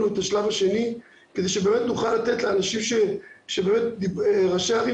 את השלב השני כדי שנוכל לתת לראשי הערים,